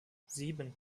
sieben